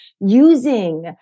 using